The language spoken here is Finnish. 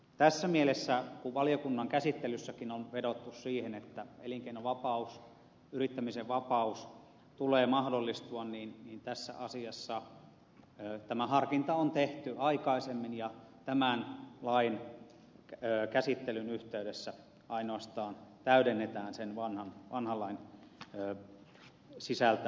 tässä mielessä kun valiokunnan käsittelyssäkin on vedottu siihen että elinkeinovapauden yrittämisen vapauden tulee mahdollistua tässä asiassa tämä harkinta on tehty aikaisemmin ja tämän lain käsittelyn yhteydessä ainoastaan korjataan sen vanhan lain sisältämä virhe